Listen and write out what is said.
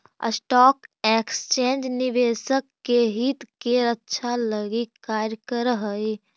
stock exchange निवेशक के हित के रक्षा लगी कार्य करऽ हइ